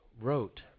wrote